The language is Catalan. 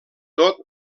tot